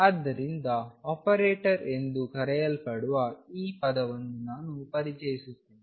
ಆದ್ದರಿಂದ ಆಪರೇಟರ್ ಎಂದು ಕರೆಯಲ್ಪಡುವ ಪದವನ್ನು ನಾನು ಪರಿಚಯಿಸುತ್ತಿದ್ದೇನೆ